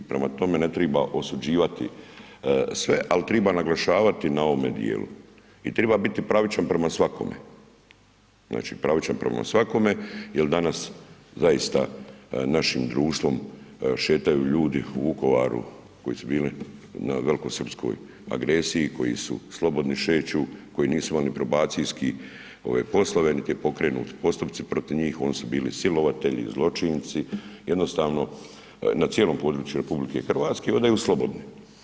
Prema tome, ne treba osuđivati sve treba naglašavati na ovom djelu i treba biti pravičan prema svakome, znači pravičan prema svakome jer danas zaista našim društvom šetaju ljudi u Vukovaru koji su bili na velikosrpskoj agresiji, koji su slobodni, šeću, koji nisu imali ni probacijske poslove niti je pokrenuti postupci protiv njih, oni su bili silovatelji, zločinci, jednostavno na cijelom području RH hodaju slobodni.